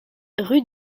rue